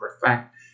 perfect